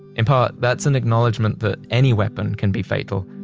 in part, that's an acknowledgement that any weapon can be fatal.